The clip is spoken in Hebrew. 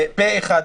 פה אחד,